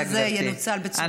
ברוח המונדיאל.